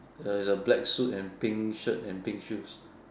err is a black suit and pink shirt and pink shoes